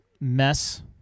mess